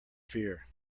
fear